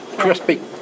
Crispy